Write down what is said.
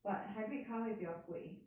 but hybrid car 会比较贵